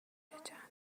چندلر